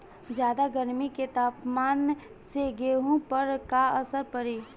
ज्यादा गर्मी के तापमान से गेहूँ पर का असर पड़ी?